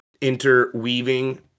interweaving